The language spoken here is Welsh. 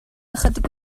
ychydig